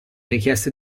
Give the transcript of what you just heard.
richieste